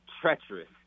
treacherous